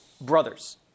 brothers